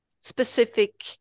specific